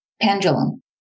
pendulum